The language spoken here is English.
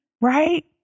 Right